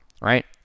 right